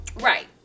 right